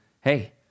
Hey